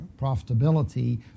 profitability